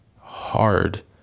hard